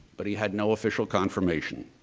but he had no official confirmation.